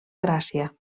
gràcia